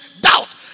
Doubt